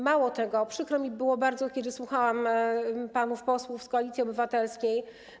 Mało tego, przykro mi było bardzo, kiedy słuchałam panów posłów z Koalicji Obywatelskiej.